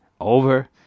Over